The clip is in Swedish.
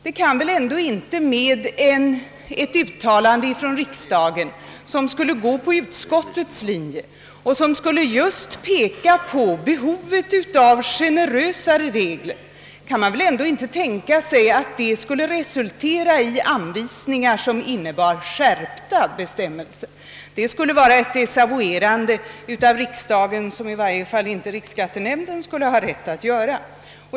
Man kan väl ändå inte med ett uttalande från riksdagen i överensstämmelse med utskottets linje, vari man just skulle peka på behovet av generösare linjer, tänka sig, att detta skulle resultera i anvisningar som innebar skärpta bestämmelser! Det skulle innebära ett desavouerande av riksdagen som i varje fall inte riksskattenämnden skulle ha rätt att göra.